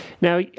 Now